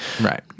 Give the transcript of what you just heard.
Right